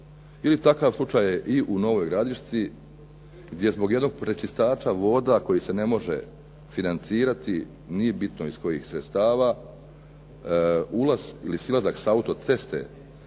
Ili takav slučaj je i u Novoj Gradišci gdje zbog jednog pročistača voda koji se ne može financirati nije bitno iz kojih sredstava ulaz ili silazak s auto-ceste